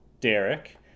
Derek